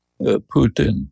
Putin